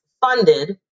funded